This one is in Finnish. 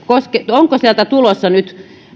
onko sieltä tulossa nyt